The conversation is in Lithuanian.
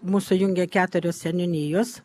mus sujungia keturios seniūnijos